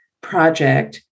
project